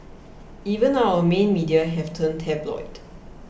even our main media have turned tabloid